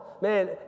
man